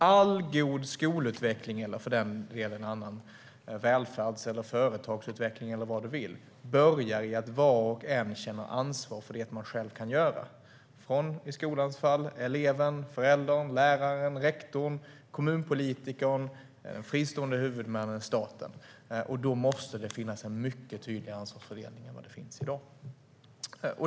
All god skolutveckling, eller för den delen annan välfärds eller företagsutveckling eller vad du vill, börjar i att var och en känner ansvar för det man själv kan göra, från i skolans fall eleven, föräldern, läraren, rektorn, kommunpolitikern till de fristående huvudmännen och staten. Då måste det finnas en mycket tydligare ansvarsfördelning än vad det gör i dag.